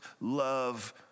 love